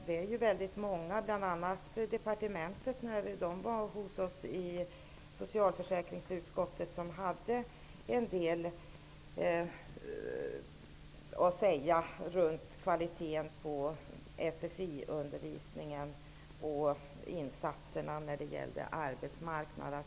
Det är väldigt många, bl.a. på departementet -- det kom fram när de var hos oss i socialförsäkringsutskottet -- som har en del att säga om kvaliteten på SFI-undervisningen och insatserna när det gäller arbetsmarknaden.